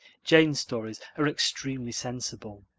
jane's stories are extremely sensible.